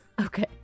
Okay